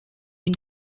been